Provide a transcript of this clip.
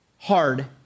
hard